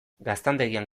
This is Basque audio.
gaztandegian